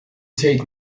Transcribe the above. take